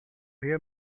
hear